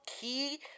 key